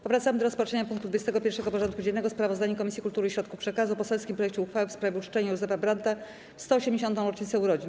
Powracamy do rozpatrzenia punktu 21. porządku dziennego: Sprawozdanie Komisji Kultury i Środków Przekazu o poselskim projekcie uchwały w sprawie uczczenia Józefa Brandta w 180. rocznicę urodzin.